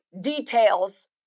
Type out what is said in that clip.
details